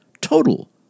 total